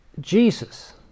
Jesus